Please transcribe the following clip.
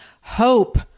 Hope